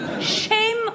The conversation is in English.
Shame